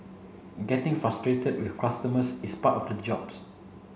getting frustrated with customers is part of the jobs